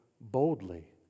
boldly